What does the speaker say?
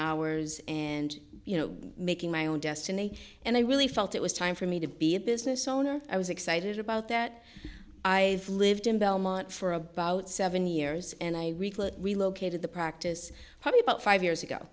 hours and you know making my own destiny and i really felt it was time for me to be a business owner i was excited about that i lived in belmont for about seven years and i relocated the practice probably about five years ago